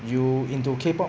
you into K pop